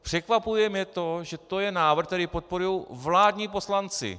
Překvapuje mě to, že to je návrh, který podporují vládní poslanci.